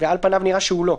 על פניו נראה שהוא לא.